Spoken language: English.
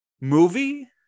movie